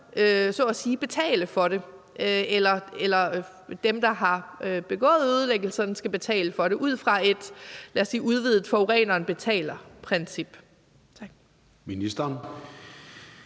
så at sige også betale for det – eller at dem, der har begået ødelæggelserne, skal betale for det – ud fra, lad os sige et udvidet forureneren betaler-princip?